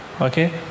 okay